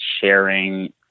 sharing